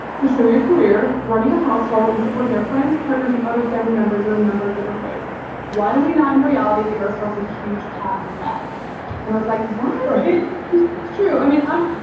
pursuing a career, running a household and supporting our friends, partners and other family members in a number of different ways why do we not in reality give ourselves a huge pat on the back and i was like that is true i mean um